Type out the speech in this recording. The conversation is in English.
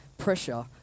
pressure